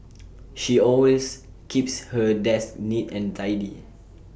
she always keeps her desk neat and tidy